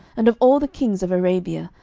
and of all the kings of arabia,